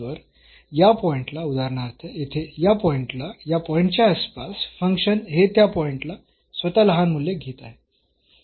तर या पॉईंट ला उदाहरणार्थ येथे या पॉईंटला या पॉईंटच्या आसपास फंक्शन हे त्या पॉईंटला स्वतः लहान मूल्ये घेत आहे